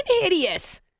hideous